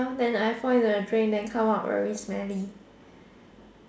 then I fall into the drain then come out very smelly